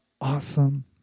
awesome